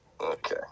Okay